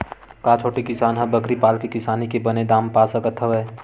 का छोटे किसान ह बकरी पाल के किसानी के बने दाम पा सकत हवय?